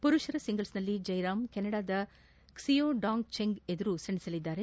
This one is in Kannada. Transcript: ಪುರುಷರ ಸಿಂಗಲ್ಸ್ನಲ್ಲಿ ಜಯರಾಮ್ ಕೆನಡಾದ ಕ್ಸಿಯೋಡಾಂಗ್ ಚೆಂಗ್ ಎದುರು ಸೆಣಸಲಿದ್ದಾರೆ